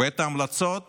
ואת ההמלצות